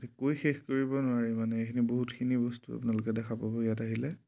কৈ শেষ কৰিব নোৱাৰি মানে এইখিনি বহুতখিনি বস্তু আপোনালোকে দেখা পাব ইয়াত আহিলে